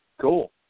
Cool